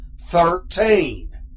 Thirteen